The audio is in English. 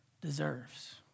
deserves